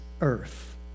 earth